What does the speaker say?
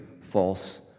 false